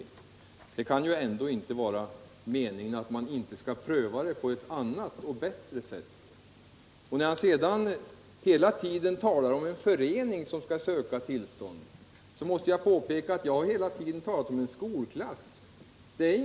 Meningen kan ju ändå inte vara att man inte skall pröva möjligheterna att ordna det på ett annat och bättre sätt. När Sven G. Andersson sedan talar om en förening som skall söka tillståndet måste jag påpeka att jag hela tiden har talat om en skolklass.